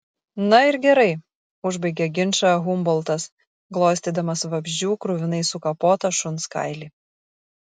na ir gerai užbaigė ginčą humboltas glostydamas vabzdžių kruvinai sukapotą šuns kailį